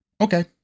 Okay